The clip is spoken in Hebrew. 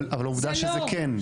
אבל עובדה שזה כן.